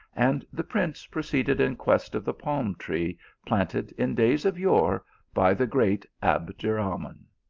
and the piince proceeded in quest of the palm-tree planted in days of yore by the great abderahman.